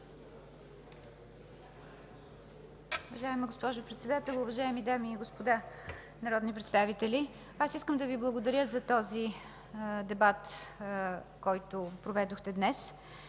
Уважаема госпожо Председател, уважаеми дами и господа народни представители! Искам да Ви благодаря за този дебат, който проведохте днес,